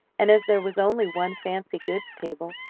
and as there was only one fancy-goods table,